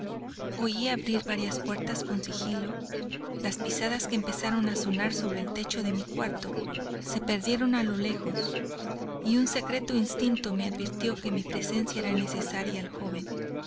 oí abrir varias puertas con sigilo las pisadas que empezaron a sonar sobre el techo de mi cuarto se perdieron a lo lejos y un secreto instinto me advirtió que mi presencia era necesaria al joven